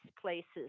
places